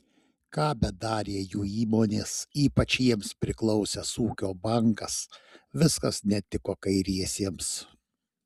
ką bedarė jų įmonės ypač jiems priklausęs ūkio bankas viskas netiko kairiesiems